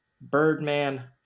Birdman